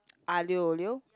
aglio-olio